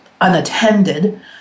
unattended